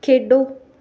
ਖੇਡੋ